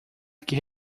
que